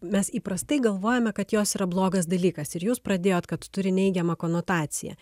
mes įprastai galvojame kad jos yra blogas dalykas ir jūs pradėjot kad turi neigiamą konotaciją